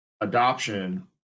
adoption